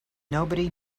nobody